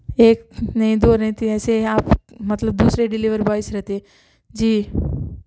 ایک نہیں دو نہیں تین ایسے آپ مطلب دوسرے ڈیلیوری بوائے رہتے جی